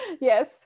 yes